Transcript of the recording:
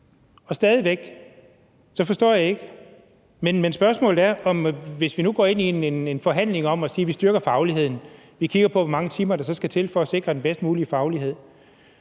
jo sætte nogle rammer herindefra. Men spørgsmålet er, at hvis vi nu går ind i en forhandling og siger, at vi styrker fagligheden, vi kigger på, hvor mange timer der så skal til for at sikre den bedst mulige faglighed,